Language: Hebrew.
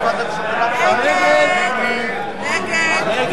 סעיפים 32 33